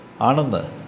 ananda